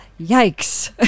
yikes